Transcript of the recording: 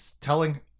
telling